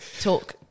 talk